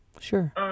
Sure